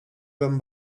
wam